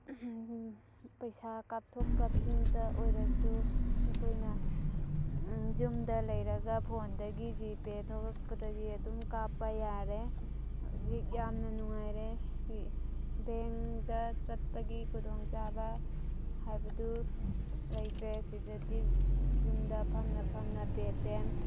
ꯄꯩꯁꯥ ꯀꯥꯞꯊꯣꯛ ꯀꯥꯞꯁꯤꯟꯇ ꯑꯣꯏꯔꯁꯨ ꯑꯩꯈꯣꯏꯅ ꯌꯨꯝꯗ ꯂꯩꯔꯒ ꯐꯣꯟꯗꯒꯤ ꯖꯤꯄꯦ ꯊꯣꯛꯂꯛꯄꯗꯒꯤ ꯑꯗꯨꯝ ꯀꯥꯞꯄ ꯌꯥꯔꯦ ꯍꯧꯖꯤꯛ ꯌꯥꯝꯅ ꯅꯨꯡꯉꯥꯏꯔꯦ ꯕꯦꯡꯇ ꯆꯠꯄꯒꯤ ꯈꯨꯗꯣꯡ ꯆꯥꯕ ꯍꯥꯏꯕꯗꯨ ꯂꯩꯇ꯭ꯔꯦ ꯁꯤꯗꯗꯤ ꯌꯨꯝꯗ ꯐꯝꯅ ꯐꯝꯅ ꯄꯦꯇꯤꯑꯦꯝ